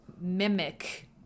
mimic